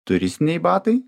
turistiniai batai